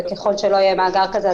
וככל שלא יהיה מאגר כזה,